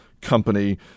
company